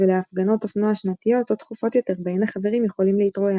ולהפגנות אופנוע שנתיות או תכופות יותר בהן החברים יכולים להתרועע.